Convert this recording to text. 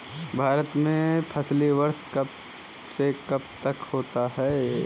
भारत में फसली वर्ष कब से कब तक होता है?